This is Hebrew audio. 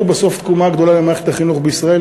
בסוף לתקומה גדולה למערכת החינוך בישראל.